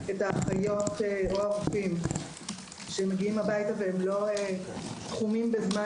את האחיות או אחים שמגיעים הביתה ולא תחומים בזמן